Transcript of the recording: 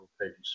pages